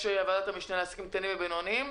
ועדת המשנה לעסקים קטנים ובינוניים.